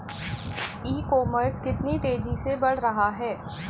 ई commerce कितनी तेजी से बढ़ रहा है?